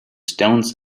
stones